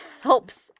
helps